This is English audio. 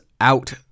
out